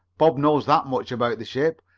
bob knows that much about the ship.